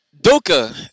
Doka